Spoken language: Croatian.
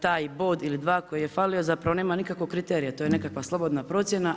Taj bod ili dva koji je falio zapravo nema nikakvog kriterija, to je nekakva slobodna procjena.